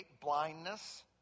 blindness